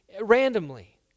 randomly